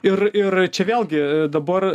ir ir čia vėlgi į dabar